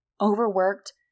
overworked